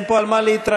אין פה על מה להתרעם.